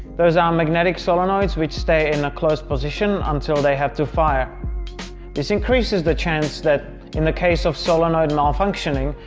those our magnetic solenoids which stay in a closed position until they have to fire this increases the chance that in the case of solenoid malfunction,